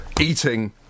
eating